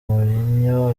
mourinho